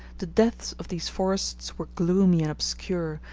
the depths of these forests were gloomy and obscure,